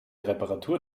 reparatur